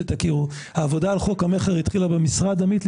כדי שתכירו: העבודה על חוק המכר התחילה במשרד עמית,